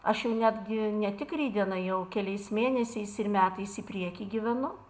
aš jau netgi ne tik rytdiena jau keliais mėnesiais ir metais į priekį gyvenu